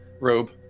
robe